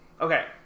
Okay